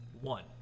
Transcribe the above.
one